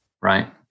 Right